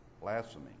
Blasphemy